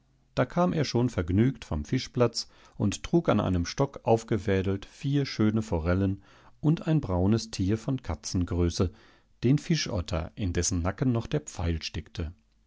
da kam er schon vergnügt vom fischplatz und trug an einem stock aufgefädelt vier schöne forellen und ein braunes tier von katzengröße den fischotter in dessen nacken noch der pfeil steckte